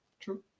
True